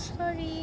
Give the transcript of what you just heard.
sorry